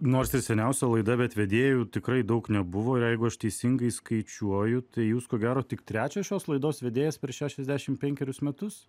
nors ir seniausia laida bet vedėjų tikrai daug nebuvo ir jeigu aš teisingai skaičiuoju tai jūs ko gero tik trečias šios laidos vedėjas per šešiasdešim penkerius metus